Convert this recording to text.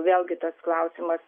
vėlgi tas klausimas